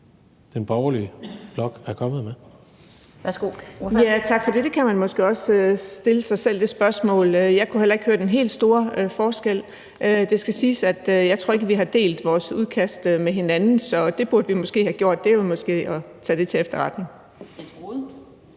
ordføreren. Kl. 17:17 Birgitte Vind (S): Tak for det. Det spørgsmål kan man måske også stille sig selv. Jeg kunne heller ikke høre den helt store forskel. Det skal siges, at jeg ikke tror, vi har delt vores udkast med hinanden. Så det burde vi måske have gjort, og det kan vi måske tage til efterretning.